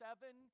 seven